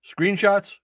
screenshots